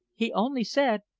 he only said,